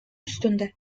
üstünde